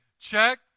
Check